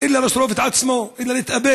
אלא לשרוף את עצמו ולהתאבד,